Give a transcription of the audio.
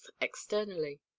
externally